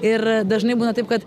ir dažnai būna taip kad